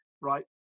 right